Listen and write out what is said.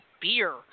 beer